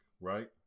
right